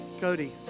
Cody